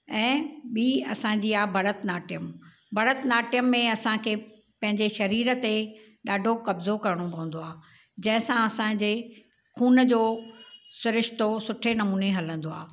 ऐं ॿी असांजी आहे भरत नाट्यम भरत नाट्यम में असांखे पंहिंजे शरीर ते ॾाढो कब्जो करिणो पवंदो आहे जंहिंसां असांजे खून जो सुरिष्तो सुठे नमूने हलंदो आहे